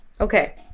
Okay